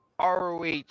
ROH